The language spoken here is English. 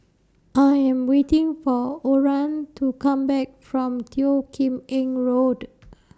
I Am waiting For Oran to Come Back from Teo Kim Eng Road